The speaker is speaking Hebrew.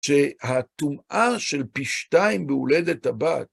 שהטומאה של פי שתיים בהולדת הבת